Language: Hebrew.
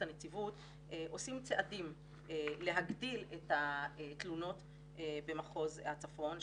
הנציבות עושים צעדים להגדיל את התלונות במחוז הצפון.